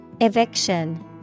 Eviction